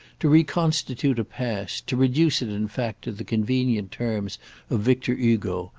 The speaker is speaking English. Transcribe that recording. to reconstitute a past, to reduce it in fact to the convenient terms of victor hugo,